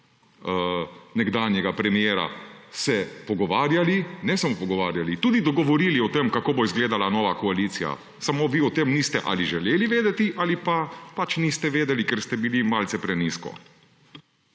nekdanjega premiera se pogovarjali, ne samo pogovarjali, tudi dogovorili o tem, kako bo izgledala nova koalicija. Samo vi o tem niste ali želeli vedeti ali pa pač niste vedeli, ker ste bili malce prenizko.